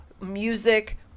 music